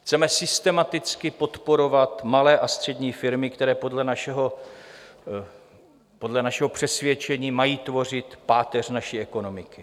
Chceme systematicky podporovat malé a střední firmy, které podle našeho přesvědčení mají tvořit páteř naší ekonomiky.